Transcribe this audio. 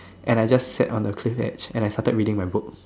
and I just sat on cliff edge and I started reading my book